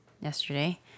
yesterday